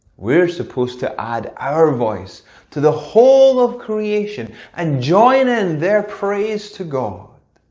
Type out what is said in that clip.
we're supposed to add our voice to the whole of creation and join in their praise to god!